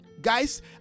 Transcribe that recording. guys